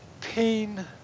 pain